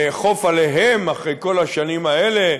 לאכוף עליהם, אחרי כל השנים האלה,